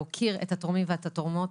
להוקיר את התורמים ואת התורמות,